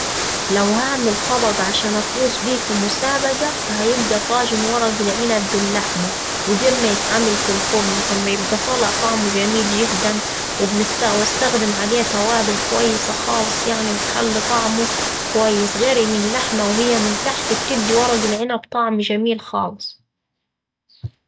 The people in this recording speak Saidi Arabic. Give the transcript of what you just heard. لو هعمل طبق عشان أفوز بيه في مسابقة فهيبقا طاجن ورق العنب باللحمة، وده أما يتعمل في الفرن فأما يبقا طالع طعمه جميل جدا وبنستخ وأستخدم عليه توابل كويسة خالص يعني بتخلي طعمه كويس غير إن اللحمة وهي من تحت بتدي ورق العنب طعم جميل خالص.